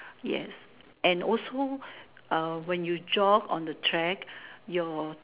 yes and also uh when you jog on the track your